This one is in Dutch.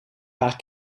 paar